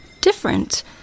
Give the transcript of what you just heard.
different